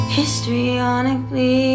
histrionically